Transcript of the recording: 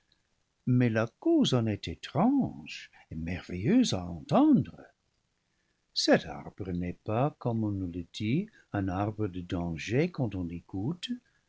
mais la cause en est étrange et merveil leuse à entendre cet arbre n'est pas comme on nous le dit un arbre de danger quand on